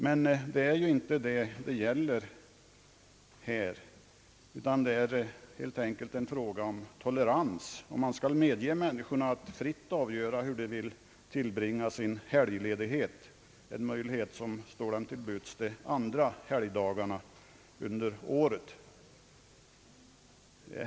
Men det är här helt enkelt en fråga om tolerans, om man skall medge att människorna fritt får helgdagar avgöra hur de vill tillbringa sin helgledighet — en möjlighet som står dem till buds de andra helgdagarna under året.